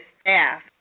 staff